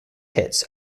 hits